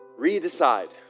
Redecide